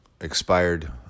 expired